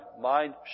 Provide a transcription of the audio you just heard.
mind